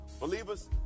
Believers